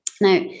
Now